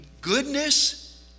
goodness